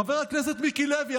חבר הכנסת מיקי לוי,